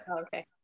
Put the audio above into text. Okay